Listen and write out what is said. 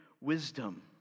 wisdom